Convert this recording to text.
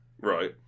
Right